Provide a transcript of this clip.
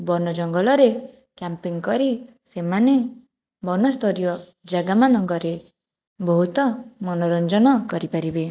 ବନ ଜଙ୍ଗଲରେ କ୍ୟାମ୍ପିଙ୍ଗ କରି ସେମାନେ ବନସ୍ତରୀୟ ଜାଗାମାନଙ୍କରେ ବହୁତ ମନୋରଞ୍ଜନ କରିପାରିବେ